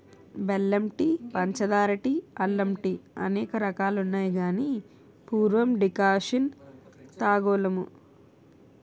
బెల్లం టీ పంచదార టీ అల్లం టీఅనేక రకాలున్నాయి గాని పూర్వం డికర్షణ తాగోలుము